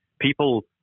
People